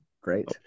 great